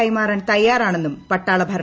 കൈമാറാൻ തയ്യാറാണെന്നും പട്ടാള ഭരണകൂടം